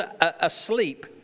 asleep